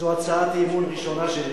זו הצעת אי-אמון ראשונה שלי,